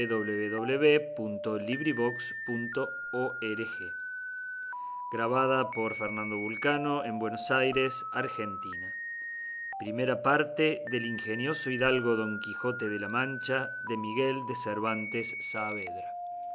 de la segunda parte del ingenioso caballero don quijote de la mancha por miguel de cervantes saavedra